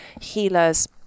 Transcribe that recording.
healers